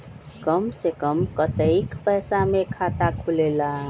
कम से कम कतेइक पैसा में खाता खुलेला?